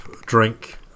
drink